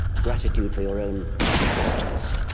gratitude for your own existence.